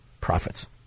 profits